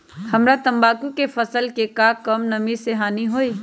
हमरा तंबाकू के फसल के का कम नमी से हानि होई?